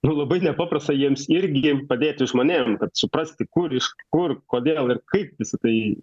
nu labai nepaprasta jiems irgi padėti žmonėm kad suprasti kur iš kur kodėl ir kaip visa tai